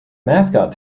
mascot